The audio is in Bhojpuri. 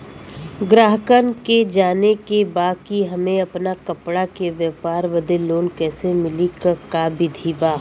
गराहक के जाने के बा कि हमे अपना कपड़ा के व्यापार बदे लोन कैसे मिली का विधि बा?